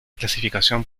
clasificación